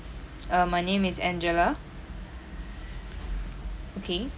uh my name is angela okay